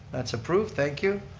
that's approved, thank you,